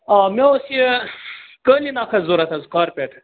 آ مےٚ اوس یہِ قٲلیٖن اکھ حظ ضروٗرت حظ کارپیٚٹ